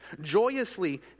joyously